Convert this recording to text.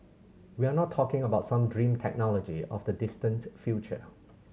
we are not talking about some dream technology of the distant future